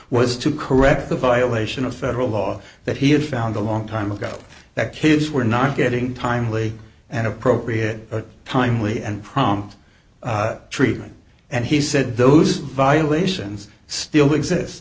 was to correct the violation of federal law that he had found a long time ago that kids were not getting timely and appropriate timely and prompt treatment and he said those violations still exist